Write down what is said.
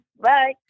Bye